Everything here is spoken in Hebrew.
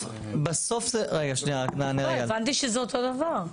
לא, הבנתי שזה אותו דבר.